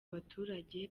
baturage